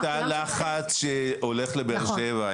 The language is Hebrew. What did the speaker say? יש תא לחץ שהולך לבאר שבע,